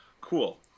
Cool